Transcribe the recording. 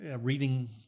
reading